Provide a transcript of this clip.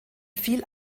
viel